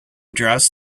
dressed